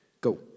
Go